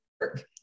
work